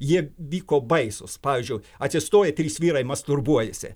ji vyko baisūs pavyzdžiui atsistoję trys vyrai masturbuojasi